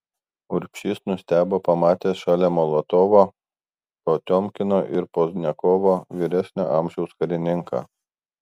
urbšys nustebo pamatęs šalia molotovo potiomkino ir pozdniakovo vyresnio amžiaus karininką